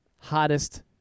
Hottest